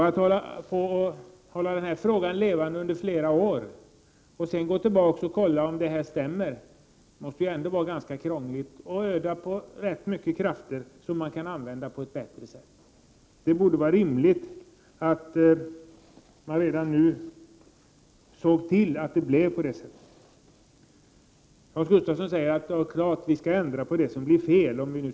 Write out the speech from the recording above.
Att hålla frågan levande under flera år för att sedan gå tillbaka och se om det fungerar, måste ändå vara ganska krångligt. Det är att ödsla med krafter som kunde användas på ett bättre sätt. Därför är det rimligt att se till att det blir riktigt redan nu. Hans Gustafsson sade att det är klart att vi skall ändra på det som visar sig bli fel.